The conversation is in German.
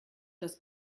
das